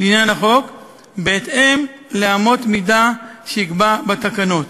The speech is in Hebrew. לעניין החוק בהתאם לאמות מידה שיקבע בתקנות.